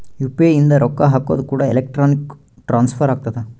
UPI ಇಂದ ರೊಕ್ಕ ಹಕೋದು ಕೂಡ ಎಲೆಕ್ಟ್ರಾನಿಕ್ ಟ್ರಾನ್ಸ್ಫರ್ ಆಗ್ತದ